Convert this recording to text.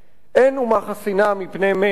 אין אומה חסינה מפני מארת הגזענות.